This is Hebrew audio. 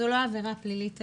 זו לא עבירה פלילית היום.